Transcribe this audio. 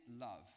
love